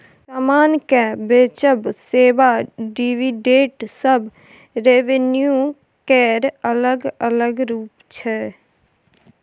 समान केँ बेचब, सेबा, डिविडेंड सब रेवेन्यू केर अलग अलग रुप छै